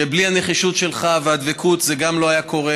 שבלי הנחישות שלך והדבקות זה לא היה קורה,